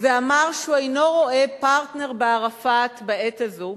ואמר שהוא אינו רואה פרטנר בערפאת בעת הזאת,